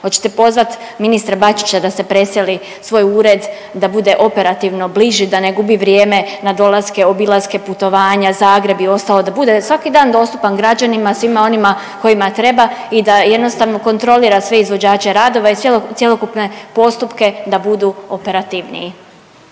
Hoćete pozvat ministra Bačića da se preseli svoj ured da bude operativno bliži da ne gubi vrijeme na dolaske, obilaske putovanja Zagreb i ostalo da bude svaki dan dostupan građanima, svima onima kojima treba i da jednostavno kontrolira sve izvođače radova i cjelokupne postupke da budu operativniji?